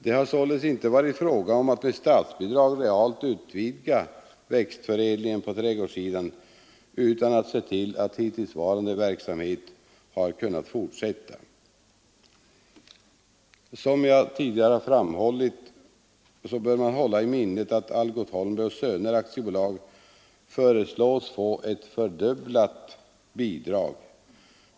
Det har alltså inte varit fråga om att med statsbidrag realt utvidga växtförädlingen på trädgårdssidan, utan att se till att hittillsvarande verksamhet har kunnat fortsätta. Som jag tidigare har framhållit bör man hålla i minnet att Algot Holmberg och Söner AB föreslås få ett fördubblat bidrag.